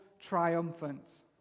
triumphant